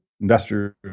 investors